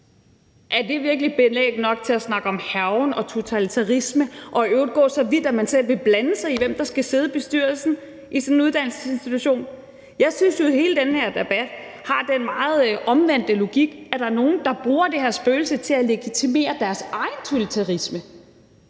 er det virkelig belæg nok til at snakke om hærgen og totalitarisme og i øvrigt gå så vidt, at man selv vil blande sig i, hvem der skal sidde i bestyrelsen for sådan en uddannelsesinstitution? Jeg synes jo, at hele den her debat har den meget omvendte logik, at der er nogle, der bruger det her spøgelse til at legitimere deres egen totalitarisme.